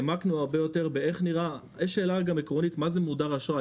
העמקנו הרבה יותר בשאלה העקרונית מה זה מודר אשראי,